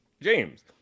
james